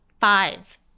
Five